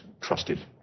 trusted